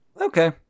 Okay